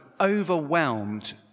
overwhelmed